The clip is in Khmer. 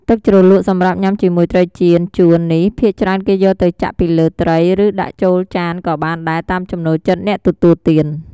ទឹកជ្រលក់សម្រាប់ញ៉ាំជាមួយត្រីចៀនចួននេះ ភាគច្រើនគេយកទៅចាក់ពីលើត្រី ឬ ដាក់កូនចានក៏បានដែរ តាមចំណូលចិត្តអ្នកទទួលទាន។